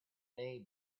name